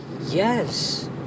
yes